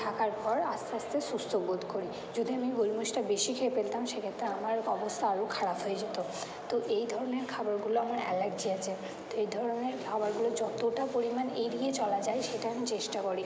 থাকার পর আস্তে আস্তে সুস্থ বোধ করি যদি আমি গোলমরিচটা বেশি খেয়ে ফেলতাম সেক্ষেত্রে আমার অবস্থা আরও খারাপ হয়ে যেতো তো এই ধরনের খাবারগুলো আমার অ্যালার্জি আছে তো এই ধরনের খাবারগুলো যতোটা পরিমাণ এড়িয়ে চলা যায় সেটা আমি চেষ্টা করি